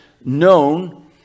known